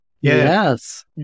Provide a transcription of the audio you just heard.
Yes